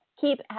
Keep